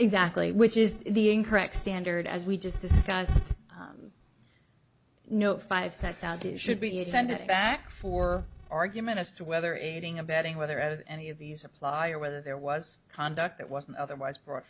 exactly which is the incorrect standard as we just discussed no five sets out should be sent back for argument as to whether aiding abetting whether any of these apply or whether there was conduct that wasn't otherwise brought